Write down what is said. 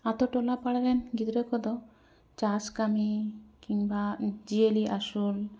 ᱟᱹᱛᱩ ᱴᱚᱞᱟ ᱯᱟᱲᱟ ᱨᱮᱱ ᱜᱤᱫᱽᱨᱟᱹ ᱠᱚᱫᱚ ᱪᱟᱥ ᱠᱟᱹᱢᱤ ᱠᱤᱢᱵᱟ ᱡᱤᱭᱟᱹᱞᱤ ᱟᱹᱥᱩᱞ